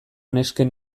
nesken